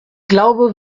glaube